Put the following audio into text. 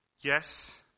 Yes